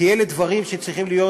כי אלה דברים שצריכים להיות